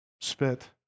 spit